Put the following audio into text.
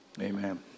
amen